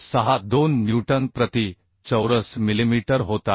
62 newton प्रति चौरस millimetre होत आहे